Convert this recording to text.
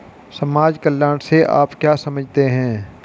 समाज कल्याण से आप क्या समझते हैं?